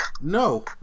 No